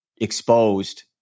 exposed